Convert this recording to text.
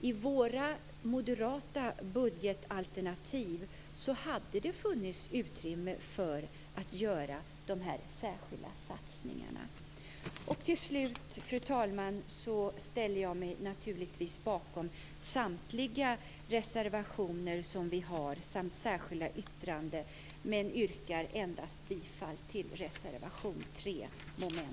I vårt moderata budgetalternativ hade det funnits utrymme för att göra de här särskilda satsningarna Till slut, fru talman, ställer jag mig naturligtvis bakom samtliga de reservationer och särskilda yttranden som vi har men yrkar endast bifall till reservation